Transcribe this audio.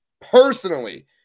personally